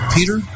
Peter